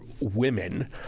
women